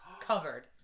Covered